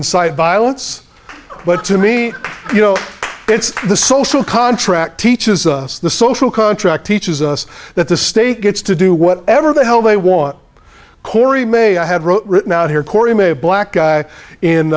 incite violence but to me it's the social contract teaches us the social contract teaches us that the state gets to do whatever the hell they want corey may i have wrote written out here corey i'm a black guy in